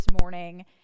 morning